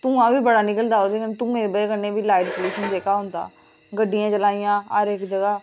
धूआं बी बड़ा निकला दा ओह्दे कन्नै धूएं दी बजह कन्नै बी पालूशन जेहका होंदा गड्डियां चला दियां हर इक जगह